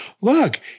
look